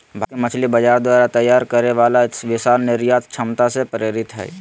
भारत के मछली बाजार द्वारा तैयार करे वाला विशाल निर्यात क्षमता से प्रेरित हइ